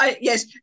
yes